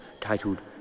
titled